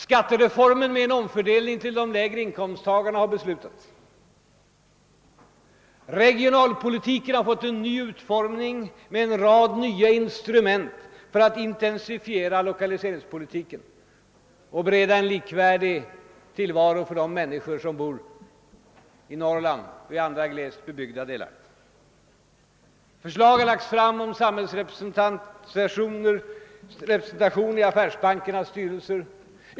Skattereformen med en omfördelning till de lägre inkomsttagarna har föreslagits. Regionalpolitiken har fått en ny utformning med en rad nya instrument för att intensifiera lokaliseringspolitiken och bereda en likvärdig tillvaro för de människor som bor i Norrland och andra glest bebyggda delar av landet. Förslag har lagts fram om samhällsrepresentation i affärsbankernas styrelser.